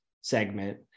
segment